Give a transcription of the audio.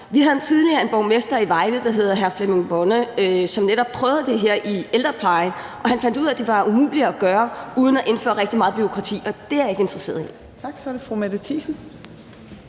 Vi havde tidligere en borgmester, der hed Flemming Bonne, som netop prøvede det her i ældreplejen, og han fandt ud af, at det var umuligt at gøre det uden at indføre rigtig meget bureaukrati, og det er jeg ikke interesseret i.